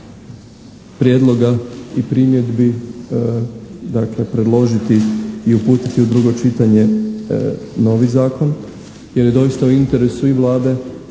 prijedloga i primjedbi dakle predložiti i uputiti u drugo čitanje novi zakon jer je doista u interesu i Vlade